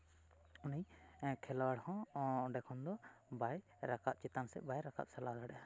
ᱩᱱᱤ ᱠᱷᱮᱞᱳᱣᱟᱲ ᱦᱚᱸ ᱚᱸᱰᱮ ᱠᱷᱚᱱ ᱫᱚ ᱵᱟᱭ ᱪᱮᱛᱟᱱ ᱥᱮᱫ ᱵᱟᱭ ᱨᱟᱠᱟᱵ ᱪᱟᱞᱟᱣ ᱫᱟᱲᱮᱭᱟᱜᱼᱟ